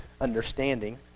Understanding